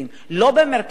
לא במרכז הארץ,